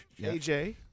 AJ